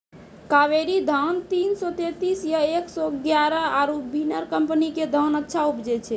कावेरी धान तीन सौ तेंतीस या एक सौ एगारह आरु बिनर कम्पनी के धान अच्छा उपजै छै?